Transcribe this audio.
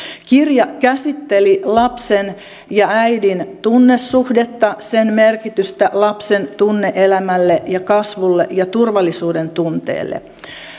kirja käsitteli lapsen ja äidin tunnesuhdetta sen merkitystä lapsen tunne elämälle ja kasvulle ja turvallisuudentunteelle